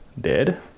dead